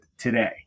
today